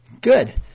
Good